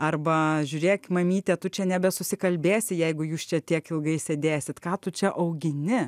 arba žiūrėk mamyte tu čia nebesusikalbėsi jeigu jūs čia tiek ilgai sėdėsit ką tu čia augini